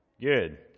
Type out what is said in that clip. Good